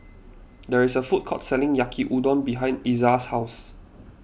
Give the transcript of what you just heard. there is a food court selling Yaki Udon behind Izaiah's house